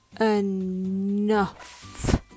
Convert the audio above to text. enough